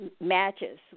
matches